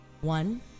One